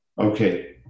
Okay